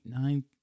nine